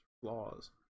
flaws